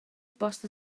bost